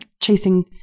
chasing